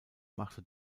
machte